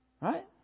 Right